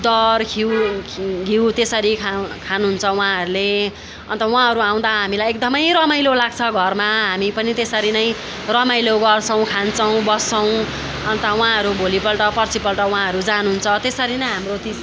दर खिउ घिउ त्यसरी खा खानुहुन्छ उहाँहरूले अन्त उहाँहरू आउँदा हामीलाई एकदमै रमाइलो लाग्छ घरमा हामी पनि त्यसरी नै रमाइलो गर्छौँ खान्छौँ बस्छौँ अन्त उहाँहरू भोलिपल्ट पर्सिपल्ट उहाँहरू जानुहुन्छ त्यसरी नै हाम्रो तिज